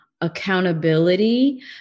accountability